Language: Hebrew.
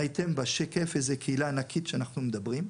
ראיתם בשקף איזה קהילה ענקית שאנחנו מדברים,